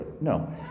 No